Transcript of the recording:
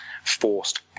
forced